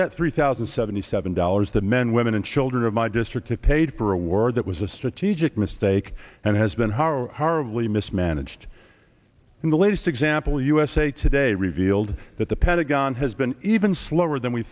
that three thousand and seventy seven dollars the men women and children of my district and paid for a war that was a strategic mistake and has been horribly mismanaged in the latest example usa today revealed that the pentagon has been even slower than we